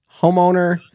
Homeowner